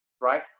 right